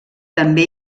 també